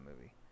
movie